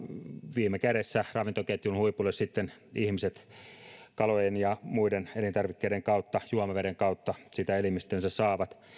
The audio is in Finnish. viime kädessä ravintoketjun huipulle ja ihmiset sitä kalojen ja muiden elintarvikkeiden kautta juomaveden kautta sitten elimistöönsä saavat